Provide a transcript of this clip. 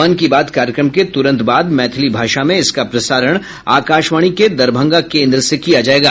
मन की बात कार्यक्रम के तुरंत बाद मैथिली भाषा में इसका प्रसारण आकाशवाणी के दरभंगा केन्द्र से किया जायेगा